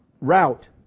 route